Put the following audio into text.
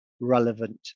relevant